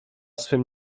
swym